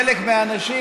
חלק מהאנשים